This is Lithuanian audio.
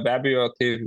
be abejo tai